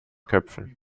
köpfen